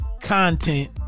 content